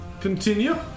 continue